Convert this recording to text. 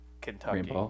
Kentucky